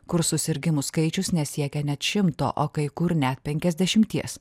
kur susirgimų skaičius nesiekia net šimto o kai kur net penkiasdešimties